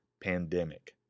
Pandemic